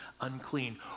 unclean